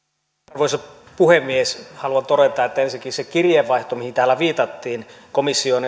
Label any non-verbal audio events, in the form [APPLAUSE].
arvoisa puhemies haluan todeta että ensinnäkin se kirjeenvaihto mihin täällä viitattiin komission [UNINTELLIGIBLE]